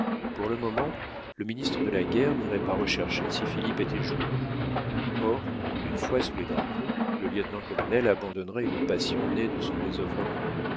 pour le moment le ministre de la guerre n'irait pas rechercher si philippe était joueur or une fois sous les drapeaux le lieutenant-colonel abandonnerait une passion née de son désœuvrement